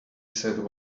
said